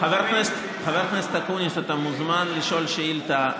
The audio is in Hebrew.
חבר הכנסת אקוניס, אתה מוזמן לשאול שאילתה.